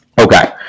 Okay